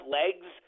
legs